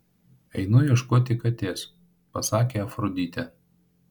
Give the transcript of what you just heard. einu ieškoti katės pasakė afroditė